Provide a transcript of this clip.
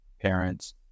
parents